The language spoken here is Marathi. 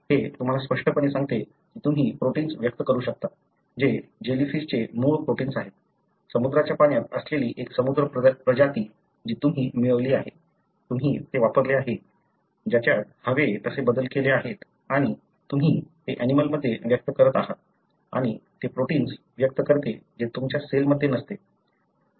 हे तुम्हाला स्पष्टपणे सांगते की तुम्ही प्रोटिन्स व्यक्त करू शकता जे जेलीफिशचे मूळ प्रोटिन्स आहे समुद्राच्या पाण्यात असलेली एक समुद्री प्रजाती जी तुम्ही मिळवली आहे तुम्ही ते वापरले आहे त्याच्यात हवे तसे बदल केले आहेत आणि तुम्ही ते ऍनिमलंमध्ये व्यक्त करत आहात आणि ते प्रोटिन्स व्यक्त करते जे तुमच्या सेलमध्ये नसते